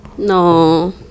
No